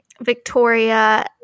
Victoria